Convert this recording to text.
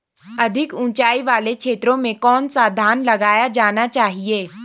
अधिक उँचाई वाले क्षेत्रों में कौन सा धान लगाया जाना चाहिए?